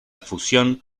fusión